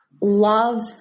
love